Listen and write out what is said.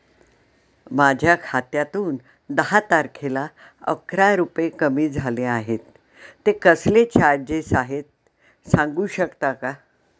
माझ्या खात्यातून दहा तारखेला अकरा रुपये कमी झाले आहेत ते कसले चार्जेस आहेत सांगू शकता का?